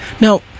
Now